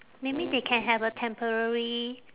maybe they can have a temporary